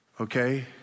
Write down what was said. Okay